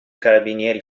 carabinieri